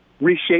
reshape